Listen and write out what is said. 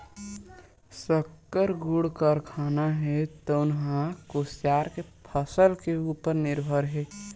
सक्कर, गुड़ कारखाना हे तउन ह कुसियार के फसल के उपर निरभर हे